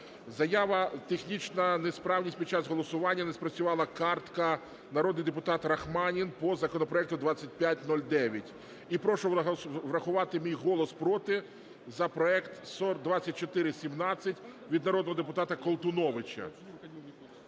Заява. "Технічна несправність, під час голосування не спрацювала картка". Народний депутат Рахманін по законопроекту 2509. І: "Прошу врахувати мій голос "проти" за проект 2417", – від народного депутата Колтуновича.